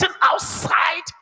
outside